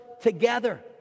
together